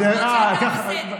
אתה בסדר.